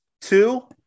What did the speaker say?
Two